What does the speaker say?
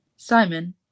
Simon